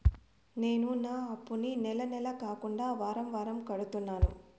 నేను నా అప్పుని నెల నెల కాకుండా వారం వారం కడుతున్నాను